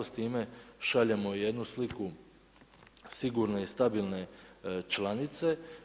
S time šaljemo jednu sliku sigurne i stabilne članice.